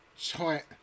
tight